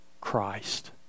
Christ